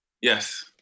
Yes